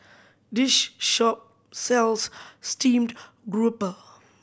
this shop sells steamed grouper